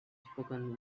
spoken